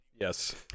Yes